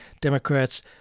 Democrats